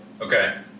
Okay